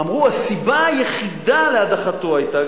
אמרו: הסיבה היחידה להדחתו היתה,